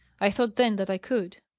i thought then that i could.